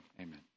amen